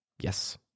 Yes